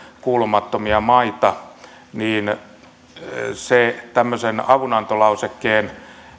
kuulumattomia maita tämmöisen avunantolausekkeen